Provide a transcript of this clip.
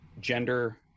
gender